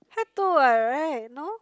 have to what right no